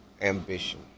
ambition